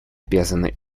обязаны